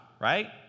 right